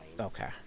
Okay